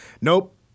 Nope